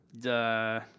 Duh